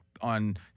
on